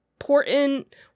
important